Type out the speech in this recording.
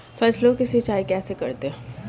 फसलों की सिंचाई कैसे करते हैं?